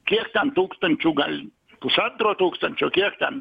kiek ten tūkstančių gal pusantro tūkstančio kiek ten